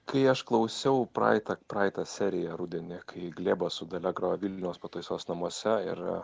kai aš klausiau praeitą praeitą seriją rudenį kai glėbas su dalia grojo vilniaus pataisos namuose ir